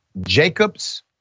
Jacob's